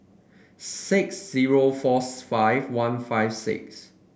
six zero fours five one five six